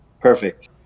Perfect